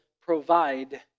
provide